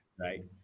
Right